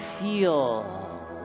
feel